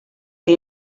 que